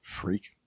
Freak